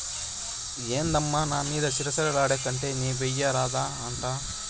ఏందమ్మా నా మీద సిర సిర లాడేకంటే నీవెయ్యరాదా అంట